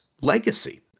legacy